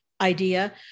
idea